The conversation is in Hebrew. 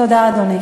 תודה, אדוני.